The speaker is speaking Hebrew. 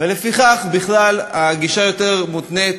ולפיכך, בכלל, הגישה יותר מותנית,